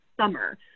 summer